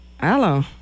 Hello